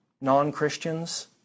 non-Christians